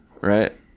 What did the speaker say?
right